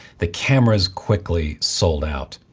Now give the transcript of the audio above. the cameras quickly sold out.